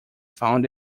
found